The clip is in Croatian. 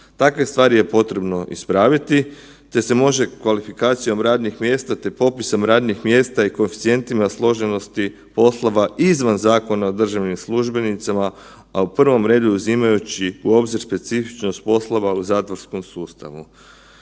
Takve stvari je potrebno ispraviti te se može kvalifikacijom radnih mjesta te popisom radnih mjesta i koeficijentima složenosti poslova izvan Zakona o državnim službenicima, a u prvom redu uzimajući u obzir specifičnosti poslova u zatvorskom sustavu.